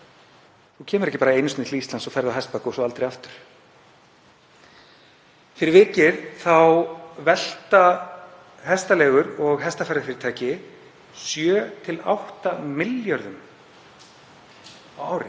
Þú kemur ekki bara einu sinni til Íslands og ferð á hestbak og svo aldrei aftur. Fyrir vikið velta hestaleigur og hestaferðafyrirtæki 7–8 milljörðum á ári,